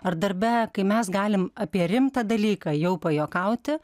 ar darbe kai mes galim apie rimtą dalyką jau pajuokauti